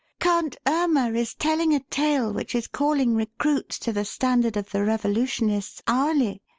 count irma is telling a tale which is calling recruits to the standard of the revolutionists hourly.